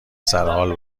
سرحال